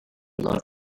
love